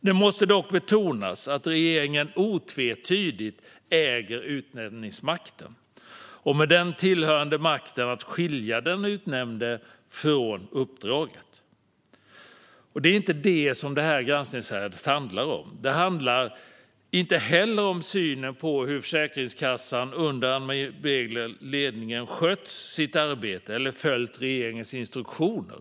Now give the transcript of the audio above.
Det måste dock betonas att regeringen otvetydigt äger utnämningsmakten och därmed den tillhörande makten att skilja den utnämnde från uppdraget. Det är inte det som detta granskningsärende handlar om. Det handlar inte heller om synen på hur Försäkringskassan under Ann-Marie Beglers ledning skött sitt arbete eller följt regeringens instruktioner.